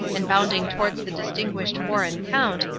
and bounding towards the distinguished foreign count,